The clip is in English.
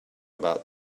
about